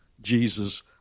Jesus